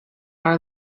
our